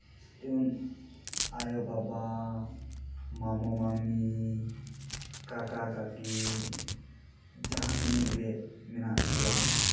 ᱡᱮᱢᱚᱱ ᱟᱭᱳᱼᱵᱟᱵᱟ ᱢᱟᱢᱳᱼᱢᱟᱢᱤ ᱠᱟᱠᱟᱼᱠᱟᱹᱠᱤ ᱡᱟᱦᱟᱸ ᱛᱤᱱᱟᱹᱜ ᱜᱮ ᱢᱮᱱᱟᱜ ᱠᱚᱣᱟ